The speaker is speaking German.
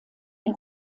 der